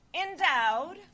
endowed